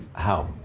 how?